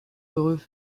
heureux